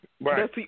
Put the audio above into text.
Right